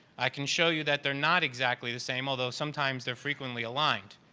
i can show you that they're not exactly the same although sometimes they're frequently aligned.